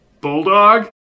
Bulldog